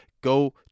go